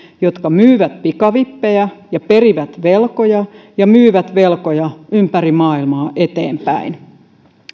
jotka myyvät pikavippejä ja perivät velkoja ja myyvät velkoja ympäri maailmaa eteenpäin